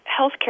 healthcare